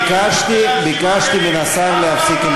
ביקשתי, אתם רק מתעסקים בלהסית ולהאשים